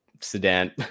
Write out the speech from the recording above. sedan